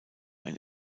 ein